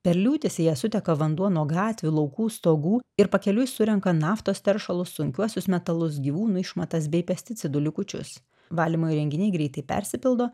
per liūtis į ją suteka vanduo nuo gatvių laukų stogų ir pakeliui surenka naftos teršalus sunkiuosius metalus gyvūnų išmatas bei pesticidų likučius valymo įrenginiai greitai persipildo